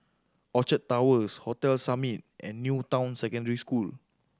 Orchard Towers Hotel Summit and New Town Secondary School